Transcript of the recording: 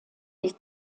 die